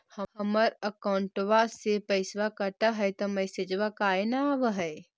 हमर अकौंटवा से पैसा कट हई त मैसेजवा काहे न आव है?